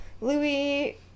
Louis